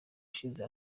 ushize